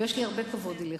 יש לי הרבה כבוד אליך.